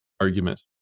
argument